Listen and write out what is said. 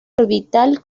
orbital